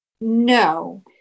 No